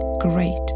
great